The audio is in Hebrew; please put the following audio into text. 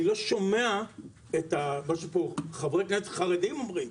אני לא שומע את מה שפה חברי כנסת חרדים אומרים,